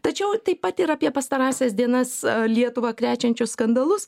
tačiau taip pat ir apie pastarąsias dienas lietuvą krečiančius skandalus